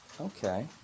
Okay